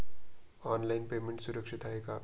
Online payment सुरक्षित आहे का?